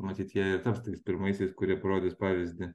matyt jie ir taps tais pirmaisiais kurie parodys pavyzdį